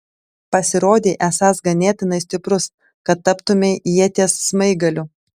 pasirodei esąs ganėtinai stiprus kad taptumei ieties smaigaliu